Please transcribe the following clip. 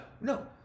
No